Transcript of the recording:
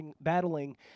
battling